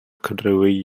кривий